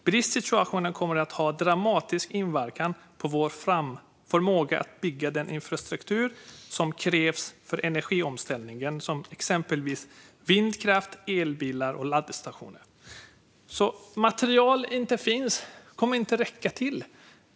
Bristsituationen kommer att ha dramatisk inverkan på vår förmåga att bygga den infrastruktur som krävs för energiomställningen, till exempel vindkraft, elbilar och laddstationer. Materialet finns inte. Det kommer inte att räcka.